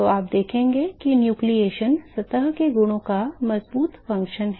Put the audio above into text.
तो आप देखेंगे कि न्यूक्लियेशन सतह के गुणों का मजबूत कार्य है